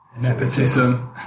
Nepotism